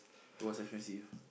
it was expensive